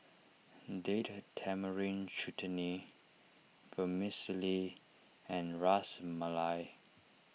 Date Tamarind Chutney Vermicelli and Ras Malai